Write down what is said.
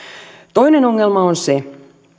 toinen ongelma on se